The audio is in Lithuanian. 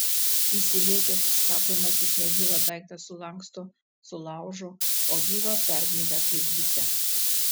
įsilėkęs stabdomas jis negyvą daiktą sulanksto sulaužo o gyvą pergnybia kaip bitę